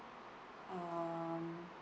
um